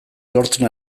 lortzen